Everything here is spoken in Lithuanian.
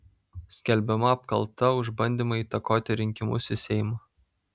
skelbiama apkalta už bandymą įtakoti rinkimus į seimą